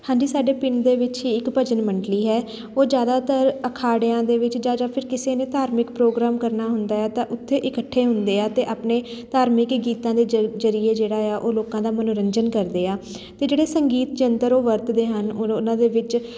ਹਾਂਜੀ ਸਾਡੇ ਪਿੰਡ ਦੇ ਵਿੱਚ ਹੀ ਇੱਕ ਭਜਨ ਮੰਡਲੀ ਹੈ ਉਹ ਜ਼ਿਆਦਾਤਰ ਅਖਾੜਿਆਂ ਦੇ ਵਿੱਚ ਜਾਂ ਜਾਂ ਫਿਰ ਕਿਸੇ ਨੇ ਧਾਰਮਿਕ ਪ੍ਰੋਗਰਾਮ ਕਰਨਾ ਹੁੰਦਾ ਹੈ ਤਾਂ ਉੱਥੇ ਇਕੱਠੇ ਹੁੰਦੇ ਆ ਅਤੇ ਆਪਣੇ ਧਾਰਮਿਕ ਗੀਤਾਂ ਦੇ ਜਰ ਜਰੀਏ ਜਿਹੜਾ ਆ ਉਹ ਲੋਕਾਂ ਦਾ ਮਨੋਰੰਜਨ ਕਰਦੇ ਆ ਅਤੇ ਜਿਹੜੇ ਸੰਗੀਤ ਯੰਤਰ ਉਹ ਵਰਤਦੇ ਹਨ ਔਰ ਉਹਨਾਂ ਦੇ ਵਿੱਚ